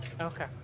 Okay